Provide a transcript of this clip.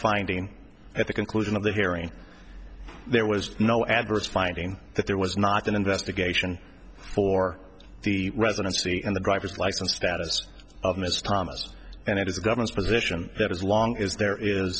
finding at the conclusion of the hearing there was no adverse finding that there was not an investigation for the residency and the driver's license status of mr thomas and it is the government's position that as long as there is